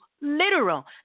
literal